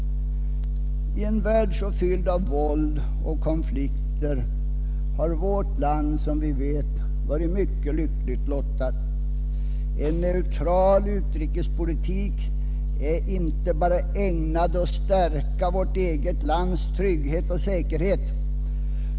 I en värld så fylld av våld och konflikter har vårt land varit lyckligt lottat. En neutral utrikespolitik är inte bara ägnad att stärka vårt eget lands trygghet och säkerhet.